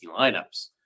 lineups